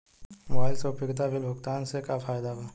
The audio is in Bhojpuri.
मोबाइल से उपयोगिता बिल भुगतान से का फायदा बा?